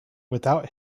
without